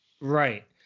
Right